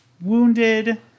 Wounded